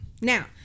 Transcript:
now